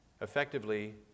effectively